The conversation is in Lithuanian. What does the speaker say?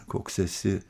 koks esi